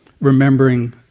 remembering